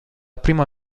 prima